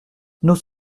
nos